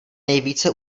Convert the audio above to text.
nejvíce